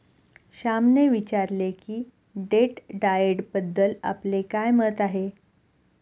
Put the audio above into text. श्यामने विचारले की डेट डाएटबद्दल आपले काय मत आहे?